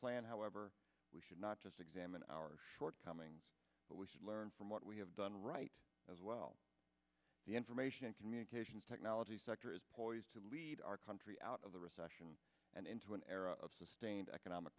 plan however we should not just examine our shortcomings but we should learn from what we have done right as well the information communications technology sector is poised to lead our country out of the recession and into an era of sustained economic